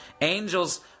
Angels